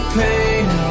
pain